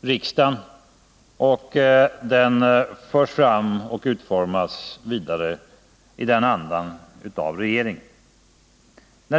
riksdagen och utformas sedan vidare av regeringen.